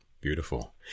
Beautiful